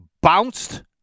bounced